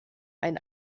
ein